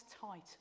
tight